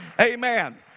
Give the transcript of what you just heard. Amen